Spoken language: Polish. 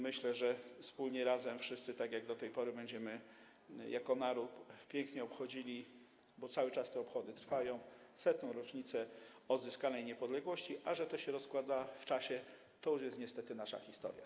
Myślę, że wspólnie, razem, wszyscy, tak jak do tej pory, będziemy jako naród pięknie obchodzili, bo cały czas te obchody trwają, 100. rocznicę odzyskania niepodległości, a że to się rozkłada w czasie, to już jest niestety nasza historia.